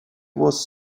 was